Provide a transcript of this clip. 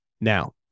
Now